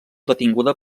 detinguda